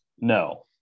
No